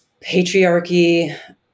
patriarchy